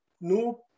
no